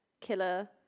killer